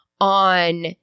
on